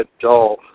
dull